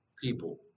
people